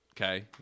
Okay